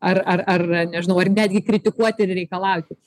ar ar ar nežinau ar netgi kritikuoti ir reikalaukit